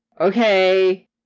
Okay